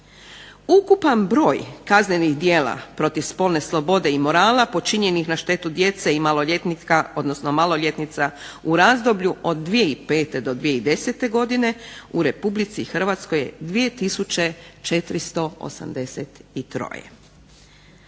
Ukupan broj kaznenih djela protiv slobode i morala počinjenih na štetu djece i maloljetnika odnosno maloljetnica u razdoblju od 2005. do 2010. u Republici Hrvatskoj je 2483. Vrlo